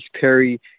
Perry